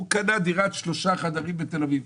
הוא קנה דירת שלושה חדרים בתל אביב,